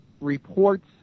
reports